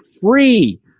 free